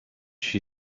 she